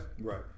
Right